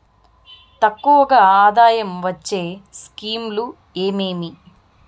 ఎక్కువగా ఆదాయం వచ్చే స్కీమ్ లు ఏమేమీ?